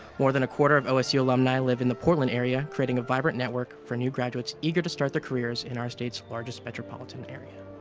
more than a quarter of osu alumni live in the portland area, creating a vibrant network for new graduates eager to start their careers in our state's largest metropolitan area.